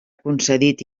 concedit